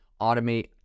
automate